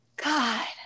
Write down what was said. God